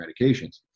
medications